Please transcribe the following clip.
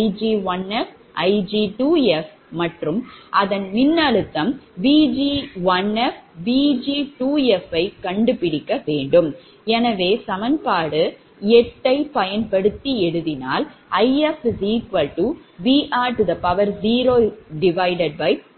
Ig1f Ig2f மற்றும் அதன் மின்னழுத்தம் Vg1f Vg2f யை கண்டுபிடிக்க வேண்டும் எனவே சமன்பாடு 8 ஐப் பயன்படுத்தி எழுதினால்If Vr 0ZrrZf ஆகும்